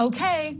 Okay